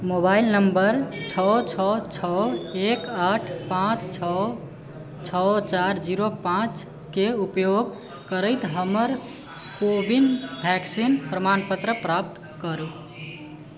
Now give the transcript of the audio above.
mobile number छओ छओ छओ एक आठ पाँच छओ छओ चार जीरो पाँचके उपयोग करैत हमर को विन वैक्सीन प्रमाणपत्र प्राप्त करु